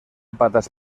patas